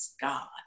God